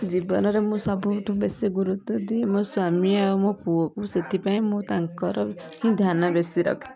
ଜୀବନରେ ମୁଁ ସବୁଠୁ ବେଶୀ ଗୁରୁତ୍ବ ଦିଏ ମୋ ସ୍ବାମୀ ଆଉ ମୋ ପୁଅକୁ ସେଥିପାଇଁ ମୁଁ ତାଙ୍କର ହିଁ ଧ୍ୟାନ ବେଶୀ ରଖେ